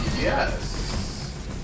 Yes